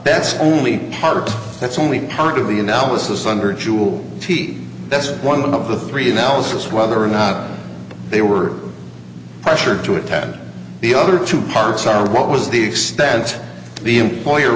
best only part that's only part of the analysis under jule t that's one of the three analysis whether or not they were pressured to attend the other two parts are what was the extent the employer